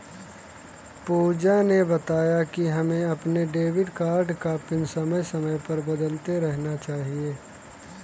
पूजा ने बताया कि हमें अपने डेबिट कार्ड का पिन समय समय पर बदलते रहना चाहिए